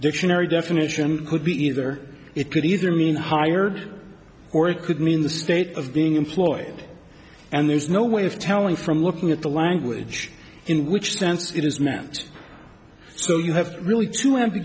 dictionary definition could be either it could either mean hired or it could mean the state of being employed and there's no way of telling from looking at the language in which stance it is meant so you have to really to